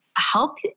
help